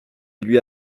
lui